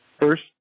First